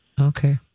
Okay